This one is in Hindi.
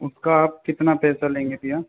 उसका आप कितना पैसा लेंगे भैया